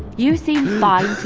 you seem fine to